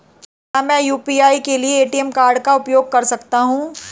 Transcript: क्या मैं यू.पी.आई के लिए ए.टी.एम कार्ड का उपयोग कर सकता हूँ?